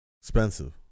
Expensive